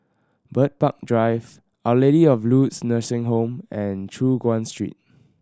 Bird Park Drive Our Lady of Lourdes Nursing Home and Choon Guan Street